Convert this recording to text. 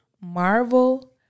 Marvel